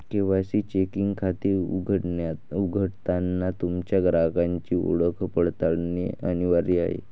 KYC checking खाते उघडताना तुमच्या ग्राहकाची ओळख पडताळणे अनिवार्य आहे